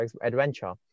adventure